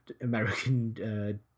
American